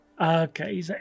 okay